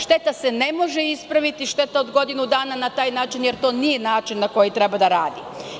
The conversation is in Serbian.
Šteta se ne može ispraviti, šteta od godinu dana na taj način, jer to nije način na koji treba da radi.